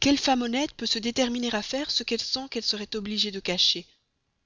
quelle femme honnête peut se déterminer à faire ce qu'elle sent qu'elle serait obligée de cacher